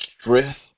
strength